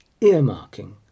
earmarking